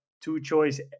two-choice